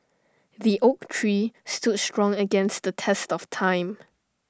the oak tree stood strong against the test of time